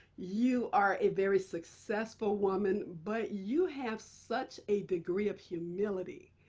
you are a very successful woman, but you have such a degree of humility.